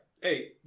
Hey